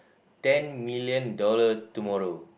ten million dollar tomorrow